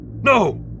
No